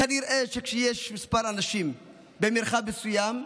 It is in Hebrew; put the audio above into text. כנראה שכשיש כמה אנשים במרחב מסוים,